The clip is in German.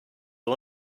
der